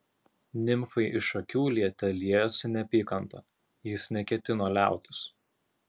nimfai iš akių liete liejosi neapykanta jis neketino liautis